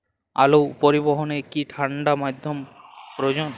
আলু পরিবহনে কি ঠাণ্ডা মাধ্যম প্রয়োজন?